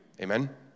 Amen